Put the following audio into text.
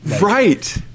Right